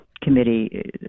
Committee